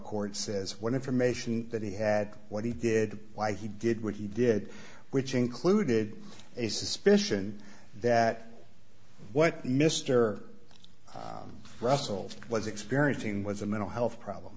court says what information that he had what he did why he did what he did which included a suspicion that what mister russell was experiencing was a mental health problem